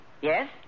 Yes